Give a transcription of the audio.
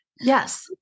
Yes